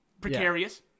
Precarious